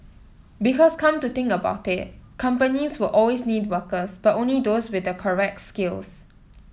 because come to think about it companies will always need workers but only those with the correct skills